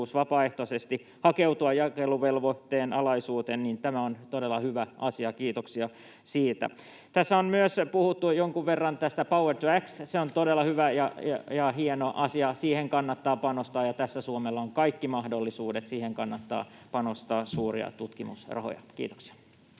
vapaaehtoisesti hakeutua jakeluvelvoitteen alaisuuteen, ja näen, että tämä on todella hyvä asia. Kiitoksia siitä. Tässä on myös puhuttu jonkun verran power-to-x:stä: Se on todella hyvä ja hieno asia. Siihen kannattaa panostaa, ja tässä Suomella on kaikki mahdollisuudet. Siihen kannattaa panostaa suuria tutkimusrahoja. — Kiitoksia.